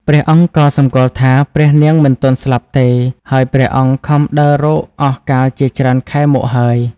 ព្រះអង្គក៏សំគាល់ថា ព្រះនាងមិនទាន់ស្លាប់ទេ ហើយព្រះអង្គខំដើររកអស់កាលជាច្រើនខែមកហើយ ។